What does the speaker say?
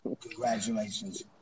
Congratulations